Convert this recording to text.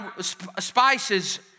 Spices